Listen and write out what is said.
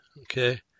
Okay